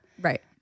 right